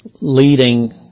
leading